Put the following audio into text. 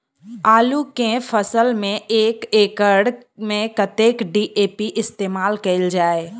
आलु केँ फसल मे एक एकड़ मे कतेक डी.ए.पी केँ इस्तेमाल कैल जाए?